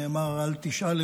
נאמר "אל תשאל,